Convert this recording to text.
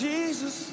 Jesus